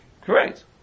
Correct